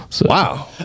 wow